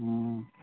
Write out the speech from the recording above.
ꯎꯝ